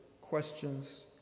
questions